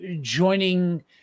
joining